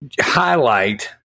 highlight